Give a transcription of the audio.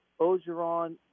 Ogeron